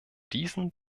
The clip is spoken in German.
diesen